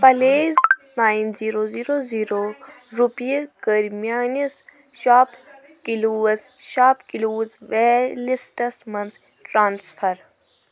please nine zero zeros zero رۄپیہِ کٔر میٲنِس shop close shop close wallets مَنٛز ٹرانٛسفر